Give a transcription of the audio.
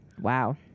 wow